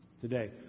today